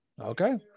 Okay